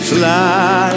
fly